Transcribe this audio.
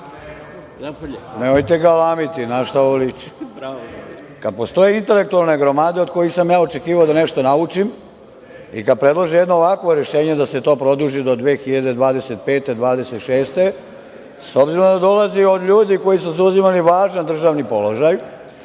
galamiti. Na šta ovo liči? Kada postoje intelektualne gramade od kojih sam ja očekivao da nešto naučim i kad predlože jedno ovakvo rešenje da se to produži do 2025-2026. godine, s obzirom da dolazi od ljudi koji su zauzimali važan državni položaj,